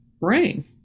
brain